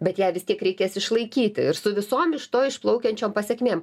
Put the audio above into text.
bet ją vis tiek reikės išlaikyti ir su visom iš to išplaukiančiom pasekmėm